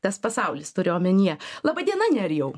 tas pasaulis turiu omenyje laba diena nerijau